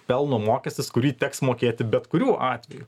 pelno mokestis kurį teks mokėti bet kuriuo atveju